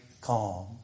calm